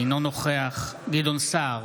אינו נוכח גדעון סער,